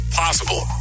possible